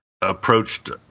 approached